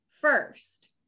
first